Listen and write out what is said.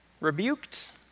rebuked